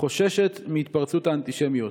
חוששת מהתפרצות האנטישמיות.